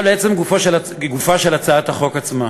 עכשיו לעצם גופה של הצעת החוק עצמה.